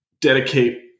dedicate